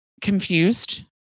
confused